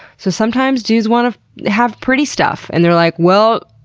so sometimes dudes want to have pretty stuff and they're like, well,